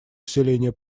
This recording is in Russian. усиления